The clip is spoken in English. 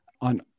on